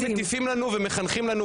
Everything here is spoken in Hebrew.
אתם כל הזמן מטיפים ומחנכים לנו,